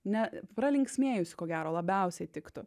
ne pralinksmėjusi ko gero labiausia tiktų